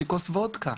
היא אמרה לי וודקה.